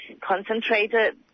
concentrated